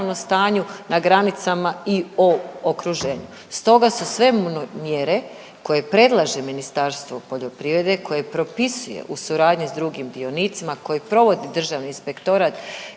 na granicama i o okruženju. Stoga su sve mjere koje predlaže Ministarstvo poljoprivrede koje propisuje u suradnji s drugim dionicima, koje provodi Državni inspektorat